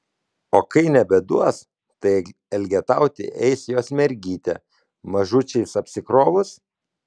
o kai nebeduos tai elgetauti eis jos mergytė mažučiais apsikrovus